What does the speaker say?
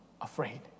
afraid